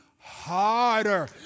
harder